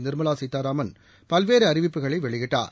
நிர்மலா சீதாராமன் பல்வேறு அறிவிப்புகளை வெளியிட்டார்